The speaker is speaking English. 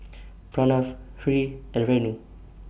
Pranav Hri and Renu